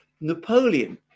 Napoleon